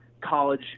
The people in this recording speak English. college